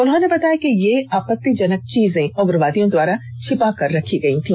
उन्होंने बताया कि ये आपत्तिजनक चीजें उग्रवादियों द्वारा छिपाकर रखी गयी थी